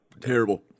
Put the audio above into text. Terrible